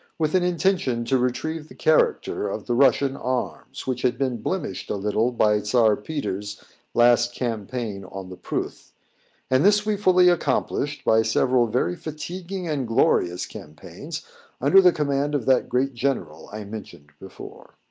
with an intention to retrieve the character of the russian arms, which had been blemished a little by czar peter's last campaign on the pruth and this we fully accomplished by several very fatiguing and glorious campaigns under the command of that great general i mentioned before.